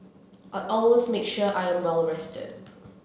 I always make sure I am well rested